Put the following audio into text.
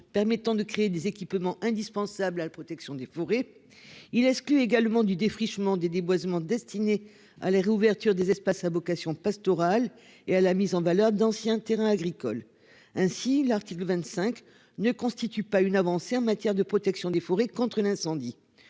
permettant de créer des équipements indispensables à la protection des forêts il exclut également du défrichement des déboisements destiné à la réouverture des espaces à vocation pastorale et à la mise en valeur d'anciens terrains agricoles ainsi l'article 25 ne constitue pas une avancée en matière de protection des forêts contre l'incendie.